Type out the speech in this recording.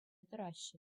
тӑраҫҫӗ